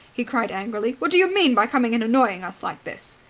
he cried angrily. what do you mean by coming and annoying us like this?